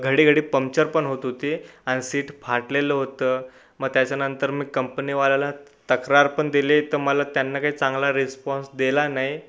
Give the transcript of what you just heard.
घडी घडी पंक्चर पण होत होती आणि सीट फाटलेलं होतं मग त्याच्यानंतर मी कंपनीवाल्याला तक्रार पण दिली तर मला त्यांनं काही चांगला रिस्पॉन्स दिला नाही